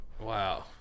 Wow